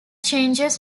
changes